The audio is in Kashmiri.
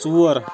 ژور